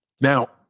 Now